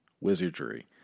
wizardry